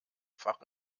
fach